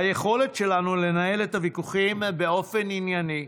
היכולת שלנו לנהל את הוויכוחים באופן ענייני,